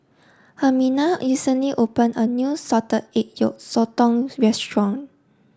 Herminia recently opened a new Salted Egg Yolk Sotong Restaurant